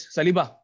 Saliba